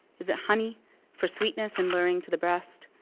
is it honey for sweetness and luring to the breast,